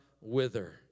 wither